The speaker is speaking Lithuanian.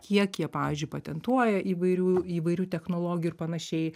kiek jie pavyzdžiui patentuoja įvairių įvairių technologijų ir panašiai